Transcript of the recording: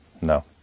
no